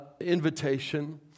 invitation